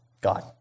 God